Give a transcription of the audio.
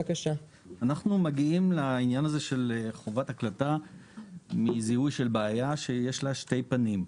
אנחנו מגיעים לעניין של חובת הקלטה מזיהוי של בעיה שיש לה שני פנים.